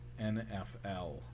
NFL